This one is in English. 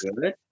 good